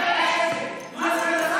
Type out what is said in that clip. תהיו בשקט.